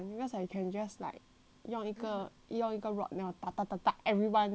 用一个用一个 rock then 我打打打 everyone then they die